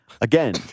Again